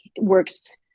works